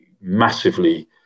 massively